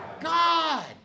God